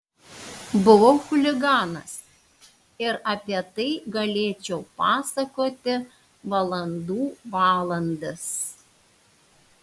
buvau chuliganas ir apie tai galėčiau pasakoti valandų valandas